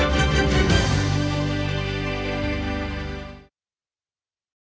Дякую.